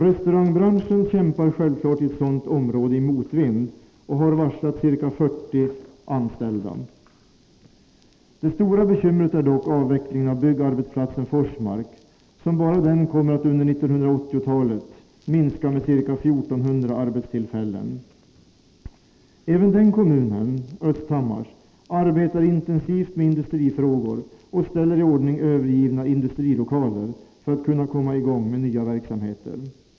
Restaurangbranschen kämpar självfallet i ett sådant område i motvind och har varslat ca 40 anställda. Det stora bekymret är dock avvecklingen av byggarbetsplatsen Forsmark, som bara den kommer att under 1980-talet minska med ca 1 400 arbetstillfällen. Även denna kommun, Östhammar, arbetar intensivt med industrifrågor och ställer i ordning övergivna industrilokaler för att kunna komma i gång med nya verksamheter.